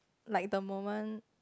like the moment